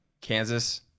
Kansas